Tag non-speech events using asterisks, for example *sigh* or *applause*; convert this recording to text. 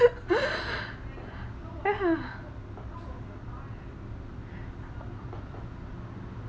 *laughs* yeah